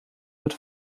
wird